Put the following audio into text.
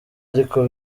ariko